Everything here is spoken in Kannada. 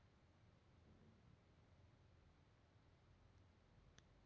ಬ್ಯಾರೆ ಬ್ಯಾರೆ ಬ್ಯಾಂಕ್ ಆಗಿದ್ರ ಬೆನಿಫಿಸಿಯರ ಕಡ್ಡಾಯ